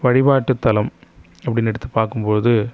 வழிப்பாட்டு தளம் அப்படின்னு எடுத்து பார்க்கும் போது